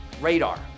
radar